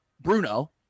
Bruno